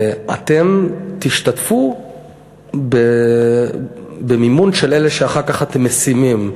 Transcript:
אתם תשתתפו במימון של אלה שאחר כך אתם משימים,